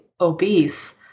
obese